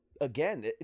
again